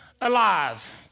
alive